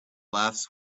laughs